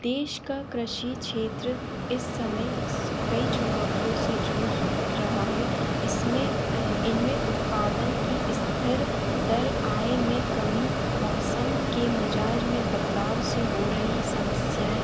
देश का कृषी क्षत्र इस समय कई चुनौतियों से जूझ रहा है इसमें इनमें उत्पादन की स्तर दर आय में कमी मौसम के मिज़ाज में बदलाव से हो रही समस्याएँ